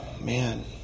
man